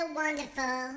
wonderful